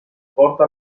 porta